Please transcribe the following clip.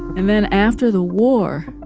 and then after the war,